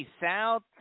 South